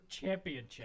championship